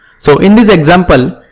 so, in this example,